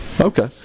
Okay